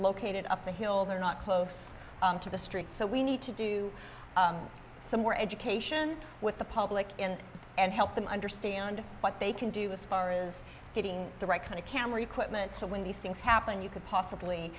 located up the hill they're not close to the street so we need to do some more education with the public in and help them understand what they can do as far as getting the right kind of camera equipment so when these things happen you could possibly